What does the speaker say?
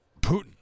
Putin